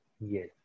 yes